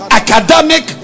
academic